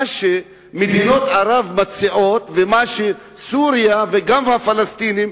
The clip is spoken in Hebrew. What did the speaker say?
שמדינות ערב מציעות ומה שסוריה וגם הפלסטינים,